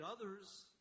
others